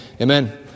Amen